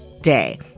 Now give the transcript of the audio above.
day